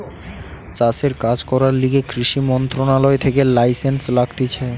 চাষের কাজ করার লিগে কৃষি মন্ত্রণালয় থেকে লাইসেন্স লাগতিছে